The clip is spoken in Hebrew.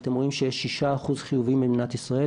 ואתם רואים שיש 6% חיוביים במדינת ישראל,